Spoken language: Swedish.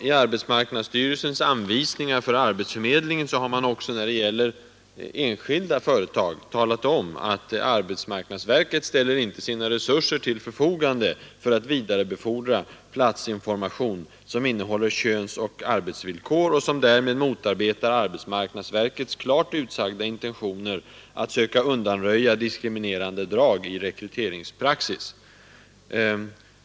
I arbetsmarknadsstyrelsens anvisningar för arbetsförmedlingen har man också när det gäller enskilda företag talat om, att arbetsmarknadsverket inte ställer sina resurser till förfogande för att vidarebefordra platsinformation som innehåller könsoch arbetsvillkor och som därmed motarbetar arbetsmarknadsverkets klart utsagda intentioner att söka undanröja diskriminerande drag i rekryteringspraxis.